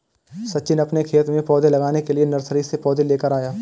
सचिन अपने खेत में पौधे लगाने के लिए नर्सरी से पौधे लेकर आया